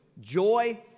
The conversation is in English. Joy